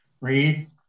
Read